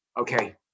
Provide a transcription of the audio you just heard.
Okay